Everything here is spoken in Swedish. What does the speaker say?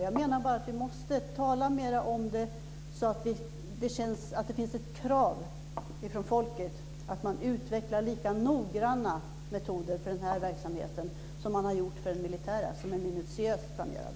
Jag menar bara att vi måste tala mera om det så att det känns att det finns ett krav från folket att man utvecklar lika noggranna metoder för den här verksamheten som man har gjort för den militära, som är minutiöst planerad.